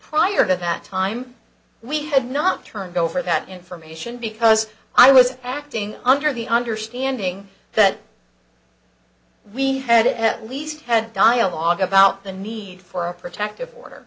prior to that time we had not turned over that information because i was acting under the understanding that we had at least had dialogue about the need for a protective order